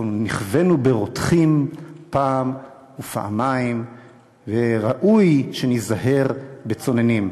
אנחנו נכווינו ברותחין פעם ופעמיים וראוי שניזהר בצוננין.